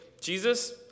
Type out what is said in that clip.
Jesus